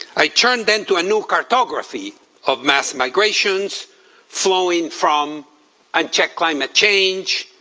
i turn then to a new cartography of mass migration flowing from unchecked climate change,